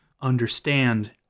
understand